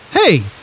Hey